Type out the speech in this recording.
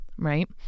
Right